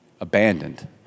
abandoned